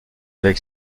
avec